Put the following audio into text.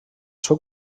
seu